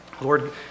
Lord